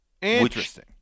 Interesting